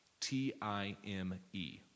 T-I-M-E